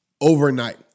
overnight